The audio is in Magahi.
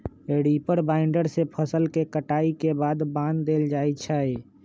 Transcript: रीपर बाइंडर से फसल के कटाई के बाद बान देल जाई छई